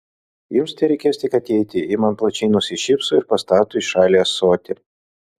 jums tereikės tik ateiti ji man plačiai nusišypso ir pastato į šalį ąsotį